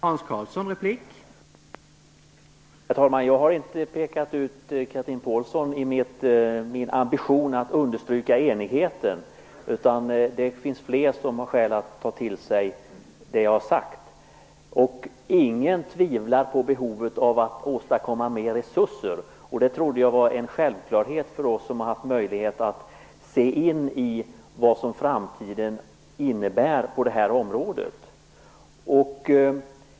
Herr talman! Jag har inte pekat ut Chatrine Pålsson i min ambition att understryka enigheten. Det finns fler som har skäl att ta till sig det som jag har sagt. Ingen tvivlar på behovet av att åstadkomma mer resurser. Det trodde jag var en självklarhet för oss som har haft möjlighet att se in i vad framtiden innebär på det här området.